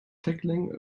tackling